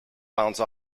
bounce